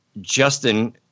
Justin